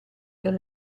per